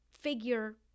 figure